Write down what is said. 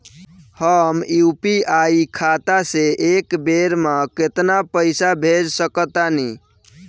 हम यू.पी.आई खाता से एक बेर म केतना पइसा भेज सकऽ तानि?